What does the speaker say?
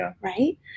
right